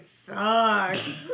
sucks